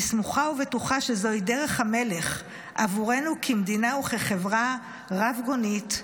אני סמוכה ובטוחה שזוהי דרך המלך עבורנו כמדינה וכחברה רב-גונית,